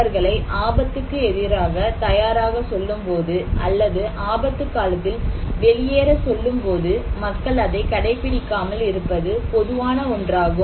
அவர்களை ஆபத்துக்கு எதிராக தயாராக சொல்லும்போது அல்லது ஆபத்துக்காலத்தில் வெளியேறு சொல்லும்போது மக்கள் அதை கடைப்பிடிக்காமல் இருப்பது பொதுவான ஒன்றாகும்